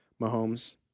Mahomes